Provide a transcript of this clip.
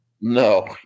No